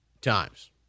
times